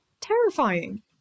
Terrifying